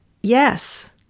Yes